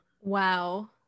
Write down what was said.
Wow